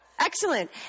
Excellent